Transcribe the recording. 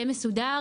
יהיה מסודר,